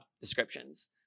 descriptions